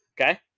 Okay